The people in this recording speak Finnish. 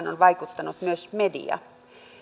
on vaikuttanut myös media